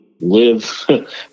live